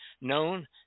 known